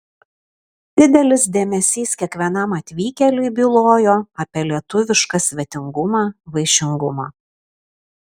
didelis dėmesys kiekvienam atvykėliui bylojo apie lietuvišką svetingumą vaišingumą